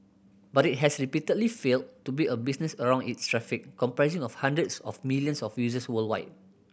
but it has repeatedly failed to build a business around its traffic comprising of hundreds of millions of users worldwide